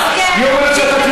ואני מבקשת,